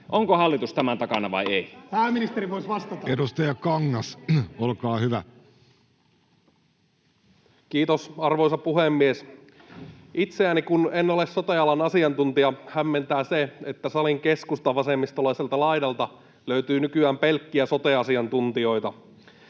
Onko hallitus tämän takana vai ei? [Antti Kurvinen: Pääministeri voisi vastata!] Edustaja Kangas, olkaa hyvä. Kiitos, arvoisa puhemies! Kun en ole sote-alan asiantuntija, itseäni hämmentää se, että salin keskusta-vasemmistolaiselta laidalta löytyy nykyään pelkkiä sote-asiantuntijoita.